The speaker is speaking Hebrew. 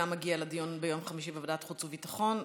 גם אגיע לדיון ביום חמישי בוועדת החוץ והביטחון.